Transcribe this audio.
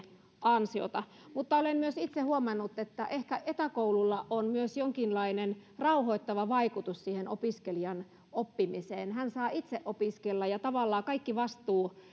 ansioita mutta olen itse huomannut että ehkä etäkoululla on myös jonkinlainen rauhoittava vaikutus siihen opiskelijan oppimiseen hän saa itse opiskella ja tavallaan kaikki vastuu